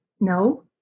No